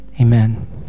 Amen